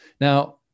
Now